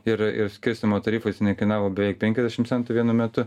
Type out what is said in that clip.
ir ir skirstymo tarifais jinai kainavo beveik penkiasdešim centų vienu metu